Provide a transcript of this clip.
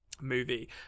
movie